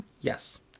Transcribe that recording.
Yes